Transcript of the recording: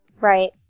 Right